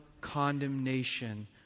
condemnation